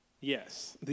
Yes